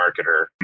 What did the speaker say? marketer